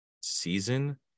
season